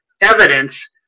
evidence